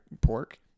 pork